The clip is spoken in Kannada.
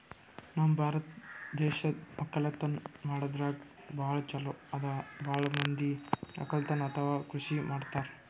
ನಮ್ ಭಾರತ್ ದೇಶ್ ವಕ್ಕಲತನ್ ಮಾಡದ್ರಾಗೆ ಭಾಳ್ ಛಲೋ ಅದಾ ಭಾಳ್ ಮಂದಿ ವಕ್ಕಲತನ್ ಅಥವಾ ಕೃಷಿ ಮಾಡ್ತಾರ್